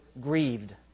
grieved